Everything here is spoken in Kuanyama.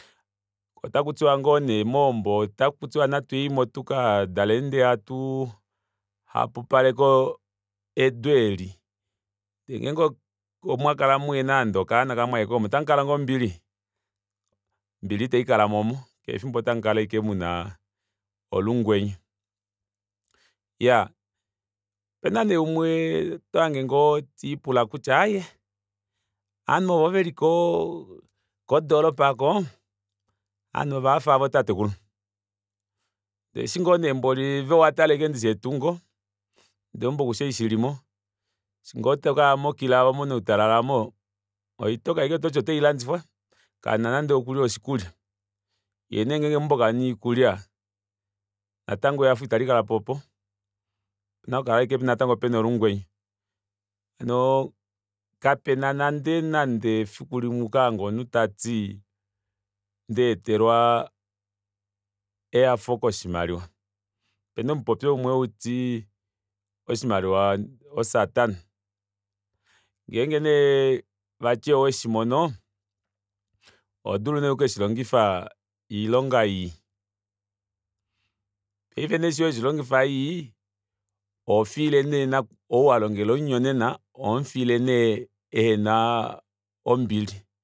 Otakutiwa ngoo nee mohombo tuyenimo tuka daleni ndee hatuu hapupaleke edu eeli ndee ngenge omwakala muhena nande okanona kamwe otamukala ngoo ombili ombili itaikalamo omu keshe efimbo otamukala ashike muna olunghwenye iyaa opena nee umwe otohange ngoo tiipula kutya aaye ovanhu ovo velikodoropa aako ovanhu ovahahafa aavo tatekulu ndee eshi ngoo nee mboli ove owatala ashike ndishi etungo ndee meumbo kushi eshi shilimo eshi ngoo tokaya mo kila monautalala aamo oitoka aashike ototi otailandifwa kamuna nande okuli oshikulya yee nee meumbo ngee kamuna oikulya natango ehafo italikalapo oopo opena ashike okukala natango pena olungwenye hanoo kapena nande nande efikulimwe okuahange omunhu tati ndaetelwa ehafo koshimaliwa opena omupupopyo umwe hauti '' oshimaliwa osatana '' ngenge nee vati oweshimono ohodulu nee okukeshilongifa oilonga yii paife nee eshi weshilongifa ii ohofile nee ouwalongela omunyonena ohomufiile nee ehena ombili